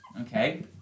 okay